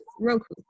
Roku